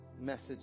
message